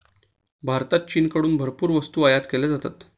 भारतात चीनकडून भरपूर वस्तू आयात केल्या जातात